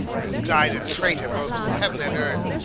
and died a traitor both to heaven and earth,